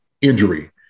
injury